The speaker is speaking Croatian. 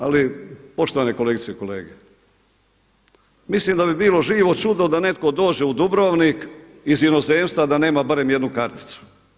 Ali poštovane kolegice i kolege, mislim da bi bilo živo čudo da netko dođe u Dubrovnik iz inozemstva da nema barem jednu karticu.